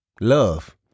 Love